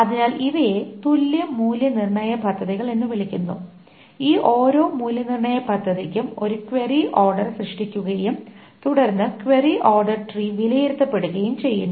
അതിനാൽ ഇവയെ തുല്യ മൂല്യനിർണ്ണയ പദ്ധതികൾ എന്ന് വിളിക്കുന്നു ഈ ഓരോ മൂല്യനിർണ്ണയ പദ്ധതിക്കും ഒരു ക്വയറി ഓർഡർ ട്രീ സൃഷ്ടിക്കുകയും തുടർന്ന് ക്വയറി ഓർഡർ ട്രീ വിലയിരുത്തപ്പെടുകയും ചെയ്യുന്നു